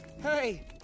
Hey